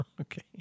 Okay